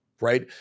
right